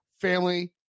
family